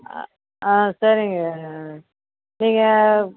ஆ சரிங்க நீங்கள்